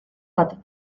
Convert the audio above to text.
bat